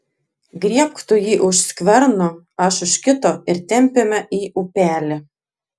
griebk tu jį už skverno aš už kito ir tempiame į upelį